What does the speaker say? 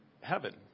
heaven